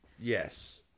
Yes